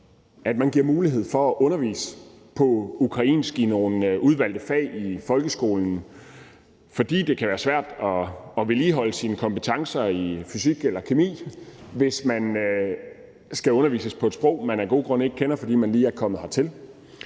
at der gives mulighed for at undervise på ukrainsk i nogle udvalgte fag i folkeskolen, fordi det kan være svært at vedligeholde sine kompetencer i fysik eller kemi, hvis man skal undervises på et sprog, man af gode grunde ikke kender, fordi man lige er kommet her til